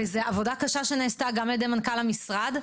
וזו עבודה קשה שנעשתה גם על ידי מנכ"ל המשרד.